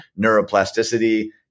neuroplasticity